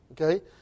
Okay